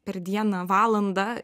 per dieną valandą